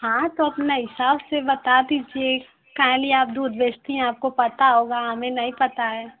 हाँ तो अपना हिसाब से बता दीजिए काहे लिए आप दूध बेचती हैं आपको पता होगा हमें नहीं पता है